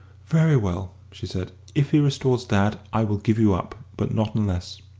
very well, she said. if he restores dad, i will give you up. but not unless.